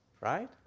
right